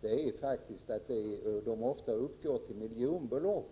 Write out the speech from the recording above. Det värsta är att skadeståndskraven ofta uppgår till miljonbelopp